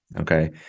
okay